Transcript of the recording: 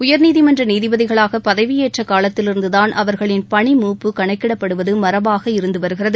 உயர்நீதிமன்ற நீதிபதிகளாக பதவியேற்ற காலத்திலிருந்துதான் அவர்களின் பணிமூப்பு கணக்கிடப்படுவது மரபாக இருந்து வருகிறது